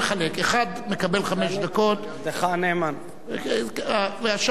אחד מקבל חמש דקות והשאר שלוש,